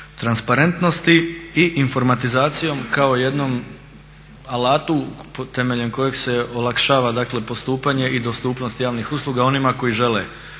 transparentnosti i informatizacijom kao jednom alatu temeljem kojeg se olakšava dakle postupanje i dostupnost javnih usluga onima koji žele